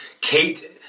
Kate